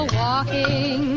walking